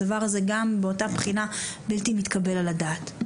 הדבר הזה גם באותה בחינה בלתי מתקבל על הדעת.